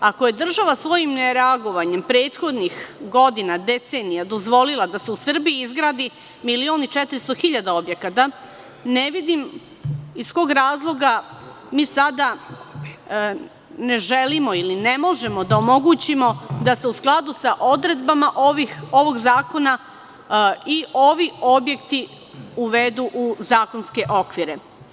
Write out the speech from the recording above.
Ako je država svojim nereagovanjem prethodnih godina, decenija dozvolila da se u Srbiji izgradi 1.400.000 objekata, ne vidim iz kog razloga mi sada ne želimo ili ne možemo da omogućimo da se u skladu sa odredbama ovog zakona i ovi objekti uvedu u zakonske okvire.